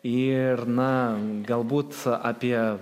ir na galbūt apie